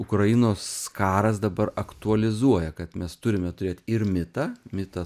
ukrainos karas dabar aktualizuoja kad mes turime turėt ir mitą mitą